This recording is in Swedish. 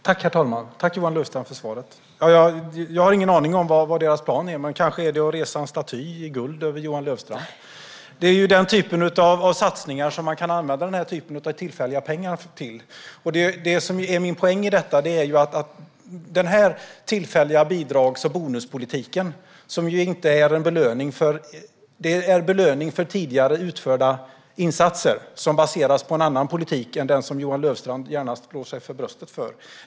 Herr talman! Tack för svaret, Johan Löfstrand! Jag har ingen aning om vad Linköpings plan är. Kanske är det att resa en staty i guld över Johan Löfstrand? Det är den typen av satsningar som man kan använda sådana här tillfälliga pengar till. Min poäng är att den här tillfälliga bidrags-och-bonus-politiken, som är belöning för tidigare utförda insatser, baseras på en annan politik än den som Johan Löfstrand gärna slår sig för bröstet för.